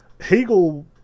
Hegel